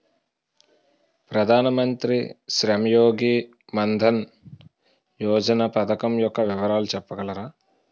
ప్రధాన మంత్రి శ్రమ్ యోగి మన్ధన్ యోజన పథకం యెక్క వివరాలు చెప్పగలరా?